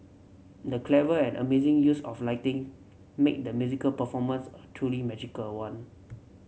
the clever and amazing use of lighting made the musical performance a truly magical one